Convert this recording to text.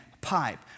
pipe